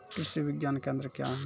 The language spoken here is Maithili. कृषि विज्ञान केंद्र क्या हैं?